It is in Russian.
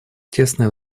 тесная